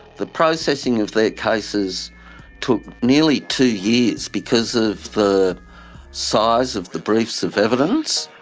the processing of their cases took nearly two years because of the size of the briefs of evidence.